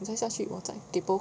你再下去我再 kaypoh